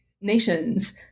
nations